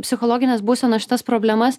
psichologinės būsenos šitas problemas